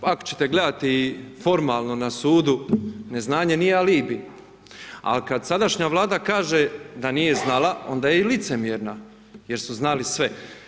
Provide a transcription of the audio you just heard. Ako ćete gledati formalno na sudu neznanje nije alibi, ali kad sadašnja Vlada kaže da nije znala, onda je i licemjerna jer su znali sve.